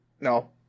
No